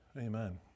Amen